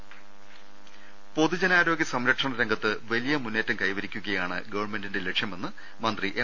ദർശ്ശിക്കു പൊതുജനാരോഗ്യ സംരക്ഷണരംഗത്ത് വലിയ മുന്നേറ്റം കൈവരിക്കു കയാണ് ഗവൺമെന്റിന്റെ ലക്ഷ്യമെന്ന് മന്ത്രി എം